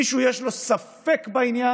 מישהו יש לו ספק בעניין,